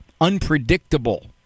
unpredictable